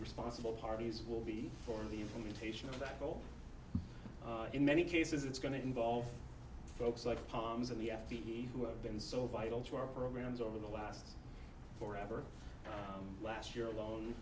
responsible parties will be for the implementation of that goal in many cases it's going to involve folks like palms and the f t e who have been so vital to our programs over the last for ever last year alone